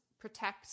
protect